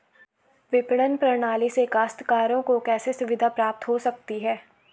विपणन प्रणाली से काश्तकारों को कैसे सुविधा प्राप्त हो सकती है?